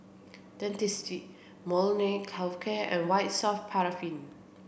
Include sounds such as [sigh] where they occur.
Dentiste Molnylcke [unintelligible] care and White soft paraffin